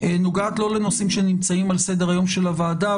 נוגעת לא לנושאים שנמצאים על סדר היום של הוועדה,